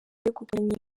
begukanye